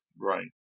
Right